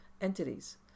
entities